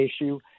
issue